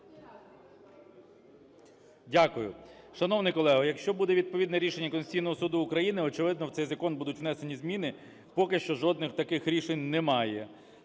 Дякую. Шановний колего, якщо буде відповідне рішення Конституційного Суду України, очевидно, в цей закон будуть внесені зміни. Поки що жодних таких рішень немає.